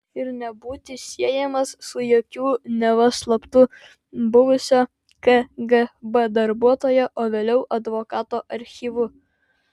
ir nebūti siejamas su jokiu neva slaptu buvusio kgb darbuotojo o vėliau advokato archyvu